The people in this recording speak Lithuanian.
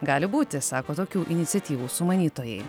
gali būti sako tokių iniciatyvų sumanytojai